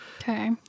Okay